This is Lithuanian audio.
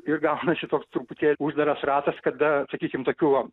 ir gaunasi toks truputį uždaras ratas kada sakykim tokių va